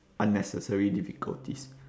unnecessary difficulties